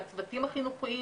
הצוותים החינוכיים,